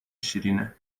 شیرینه